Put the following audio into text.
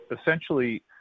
essentially